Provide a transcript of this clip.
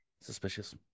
Suspicious